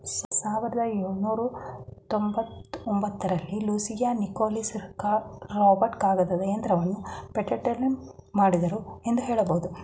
ಸಾವಿರದ ಎಳುನೂರ ತೊಂಬತ್ತಒಂಬತ್ತ ರಲ್ಲಿ ಲೂಸಿಯಾ ನಿಕೋಲಸ್ ರಾಬರ್ಟ್ ಕಾಗದದ ಯಂತ್ರವನ್ನ ಪೇಟೆಂಟ್ ಮಾಡಿದ್ರು ಎಂದು ಹೇಳಬಹುದು